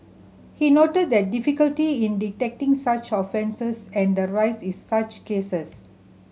he noted that the difficulty in detecting such offences and the rise in such cases